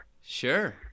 sure